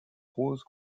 rose